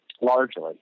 largely